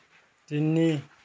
তিনি